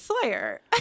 Slayer